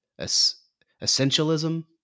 essentialism